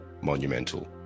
monumental